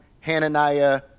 Hananiah